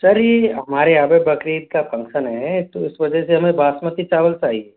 sir ये हमारे यहाँ पर बकरीद का फंक्शन है तो इस वजह से हमें बासमती चावल चाहिए